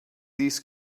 these